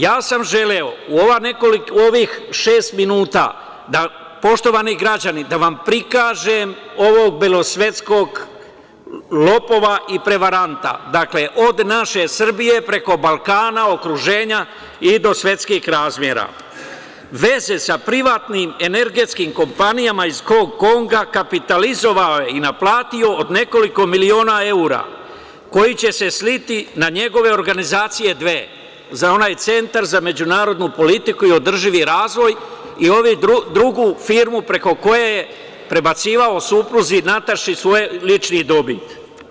Ja sam želeo u ovih šest minuta, poštovani građani, da vam prikažem ovog belosvetskog lopova i prevaranta, dakle od naše Srbije, preko Balkana, okruženja i do svetskih razmera, veze sa privatnim energetskim kompanijama iz Hong Konga kapitalizovao je i naplatio od nekoliko miliona evra, koji će se sliti na njegove organizacije dve, za onaj Centar za međunarodnu politiku i održivi razvoj i ovu drugu firmu, preko koje je prebacivao supruzi Nataši svoj lični dobit.